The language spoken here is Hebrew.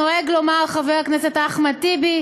שנוהג לומר חבר הכנסת אחמד טיבי,